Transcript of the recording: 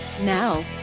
Now